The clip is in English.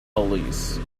police